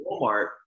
walmart